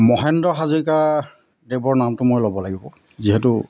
মহেন্দ্ৰ হাজৰিকাদেৱৰ নামটো মই ল'ব লাগিব যিহেতু